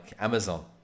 Amazon